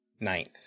ninth